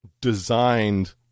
designed